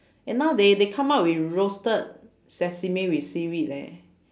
and now they they come up with roasted sesame with seaweed leh